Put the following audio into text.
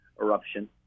eruption